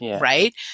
right